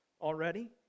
already